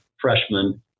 freshman